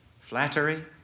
flattery